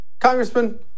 congressman